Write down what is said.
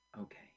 Okay